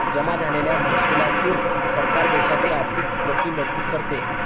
जमा झालेल्या महसुलातून सरकार देशाची आर्थिक गती मजबूत करते